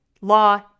law